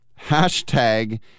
hashtag